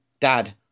Dad